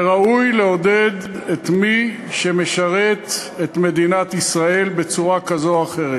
וראוי לעודד את מי שמשרת את מדינת ישראל בצורה כזו או אחרת.